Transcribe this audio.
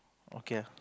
okay